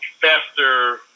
faster